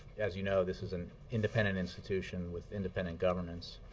as you know, this is an independent institution with independent governance,